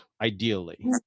ideally